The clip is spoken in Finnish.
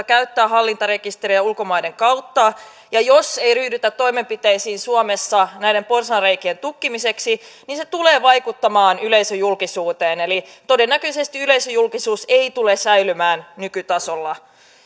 käyttää hallintarekisteriä ulkomaiden kautta ja jos ei ryhdytä toimenpiteisiin suomessa näiden porsaanreikien tukkimiseksi niin se tulee vaikuttamaan yleisöjulkisuuteen eli todennäköisesti yleisöjulkisuus ei tule säilymään nykytasolla